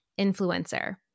influencer